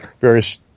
various